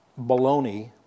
baloney